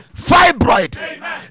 fibroid